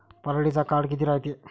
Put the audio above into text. पराटीचा काळ किती रायते?